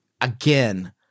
Again